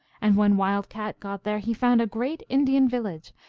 and when wild cat got there he found a great indian village,